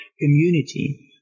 community